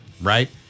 right